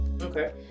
Okay